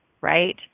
right